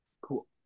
Cool